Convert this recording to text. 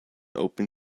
open